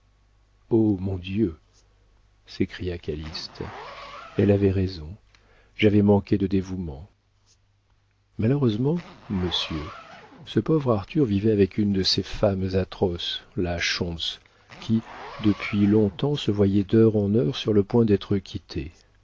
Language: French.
mon dieu s'écria calyste elle avait raison j'avais manqué de dévouement malheureusement monsieur ce pauvre arthur vivait avec une de ces femmes atroces la schontz qui depuis longtemps se voyait d'heure en heure sur le point d'être quittée